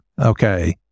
Okay